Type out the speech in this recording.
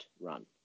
run